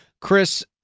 Chris